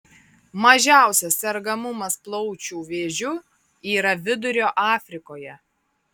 mažiausias sergamumas plaučių vėžiu yra vidurio afrikoje